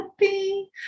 happy